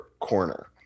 corner